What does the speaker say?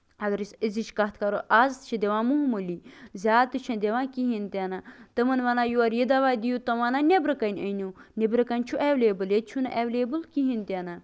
اَگر أسۍ أزِچ کَتھ کَرو آز چھِ دِوان معموٗلی زیادٕ تہِ چھِنہٕ دِوان کِہینۍ تہِ نہٕ تِمَن وَنان یور یہِ دوا دِیِو تِم ونان نیبرٕ کَنۍ أنو نیبرٕ کَنۍ چھُ ایویلیبٔل ییٚتہِ چھُنہٕ ایویلیبٔل کِہینۍ تہِ نہٕ